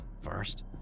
first